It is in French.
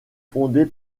fondée